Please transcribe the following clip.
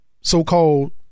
so-called